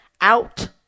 out